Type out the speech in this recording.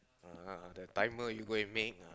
uh the timer you go and make ah